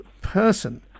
person